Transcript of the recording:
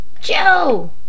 Joe